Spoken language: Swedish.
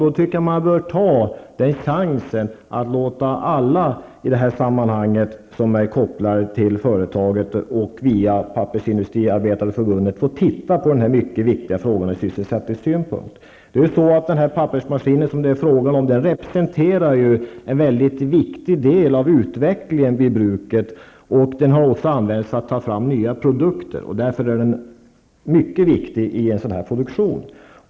Då bör man ta chansen att via Pappersindustriarbetareförbundet låta alla dem som är kopplade till företaget få titta på den här, ur sysselsättningssynpunkt, viktiga frågan. Den här pappersmaskinen representerar en mycket viktig del av utvecklingen vid bruket. Den har också använts för att ta fram nya produkter. Därför är den mycket viktig i en sådan här produktion.